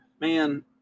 man